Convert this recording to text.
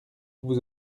vous